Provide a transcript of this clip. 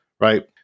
right